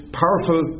powerful